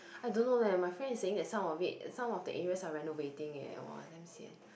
I don't know leh my friend is saying that some of it some of the areas are renovating eh !wah! damn sian